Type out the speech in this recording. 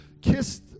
kissed